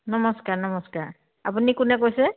নমস্কাৰ নমস্কাৰ আপুনি কোনে কৈছে